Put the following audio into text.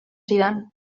zidan